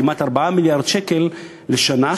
כמעט 4 מיליארד שקל לשנה,